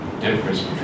difference